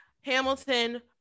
Hamilton